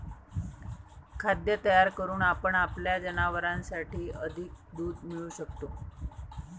खाद्य तयार करून आपण आपल्या जनावरांसाठी अधिक दूध मिळवू शकतो